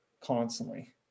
constantly